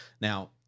Now